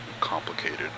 Complicated